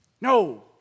No